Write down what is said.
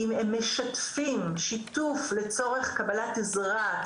הם משתפים שיתוף לצורך קבלת עזרה,